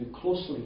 closely